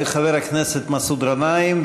חבר הכנסת מסעוד גנאים,